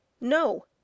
No